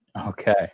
Okay